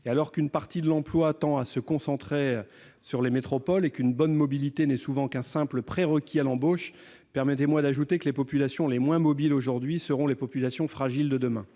» Alors qu'une partie de l'emploi tend à se concentrer dans les métropoles et qu'une bonne mobilité n'est souvent qu'un simple prérequis à l'embauche, permettez-moi d'ajouter que les populations les moins mobiles aujourd'hui sont les populations fragiles de demain.